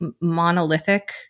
monolithic